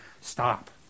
stop